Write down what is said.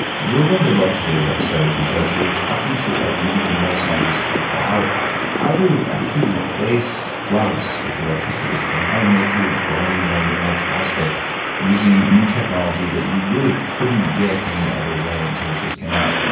you're going to love today's episode, because we're talking to a leading neuroscientist about how to actually replace drugs with electricity, and how to make your brain more neuroplasmic using new technology that you really couldn't get any other way until this just came out.